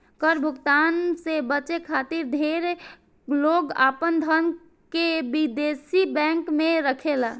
कर भुगतान से बचे खातिर ढेर लोग आपन धन के विदेशी बैंक में रखेला